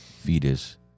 fetus